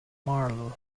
marlo